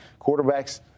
Quarterbacks